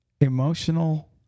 Emotional